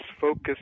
focus